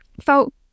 felt